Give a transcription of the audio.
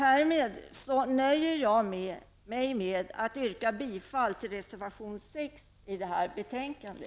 Jag nöjer mig med att yrka bifall till reservation 6 i detta betänkande.